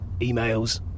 Emails